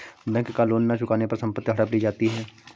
bank का loan न चुकाने पर संपत्ति हड़प ली जाती है